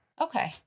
Okay